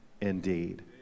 indeed